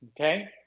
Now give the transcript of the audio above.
Okay